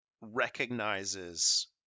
recognizes